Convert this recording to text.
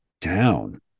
down